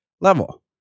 level